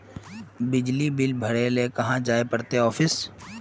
बिजली बिल भरे ले कहाँ जाय पड़ते ऑफिस?